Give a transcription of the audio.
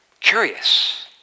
Curious